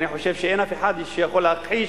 אני חושב שאין אף אחד שיכול להכחיש